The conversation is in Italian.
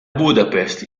budapest